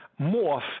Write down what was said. morph